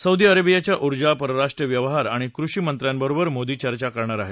Saudi अरेबियाच्या ऊर्जापरराष्ट्रीय व्यवहार आणि कृषी मंत्रांबरोबर मोदी चर्चा करणार आहेत